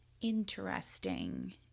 interesting